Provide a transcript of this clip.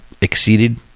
exceeded